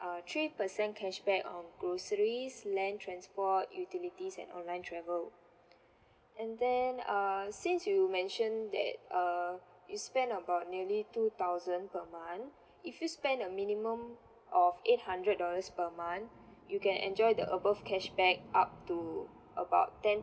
uh three percent cashback on groceries land transport utilities and online travel and then err since you mentioned that err you spend about nearly two thousand per month if you spend a minimum of eight hundred dollars per month you can enjoy the above cashback up to about ten